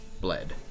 Bled